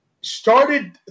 started